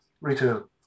retail